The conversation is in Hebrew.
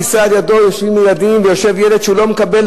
על הכיסא לידם יושב ילד שלא מקבל,